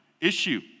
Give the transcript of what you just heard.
issue